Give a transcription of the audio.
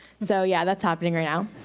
so yeah, that's happening right now.